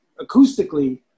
acoustically